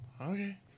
Okay